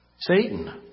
Satan